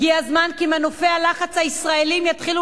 הגיע הזמן שמנופי הלחץ הישראליים יתחילו